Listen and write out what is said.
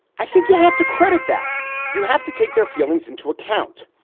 i think you have to credit that you have to take their feelings into account.